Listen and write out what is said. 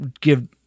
give